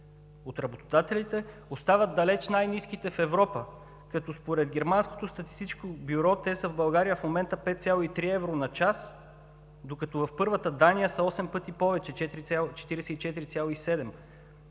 от работодателите, остават далеч най-ниските в Европа, като според германското статистическо бюро в момента в България те са 5,3 евро на час, докато в първата, Дания, са осем пъти повече – 44,7.